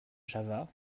java